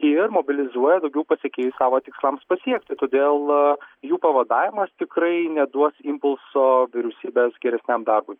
ir mobilizuoja daugiau pasekėjų savo tikslams pasiekti todėl jų pavadavimas tikrai neduos impulso vyriausybės geresniam darbui